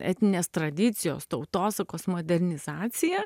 etninės tradicijos tautosakos modernizaciją